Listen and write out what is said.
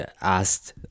asked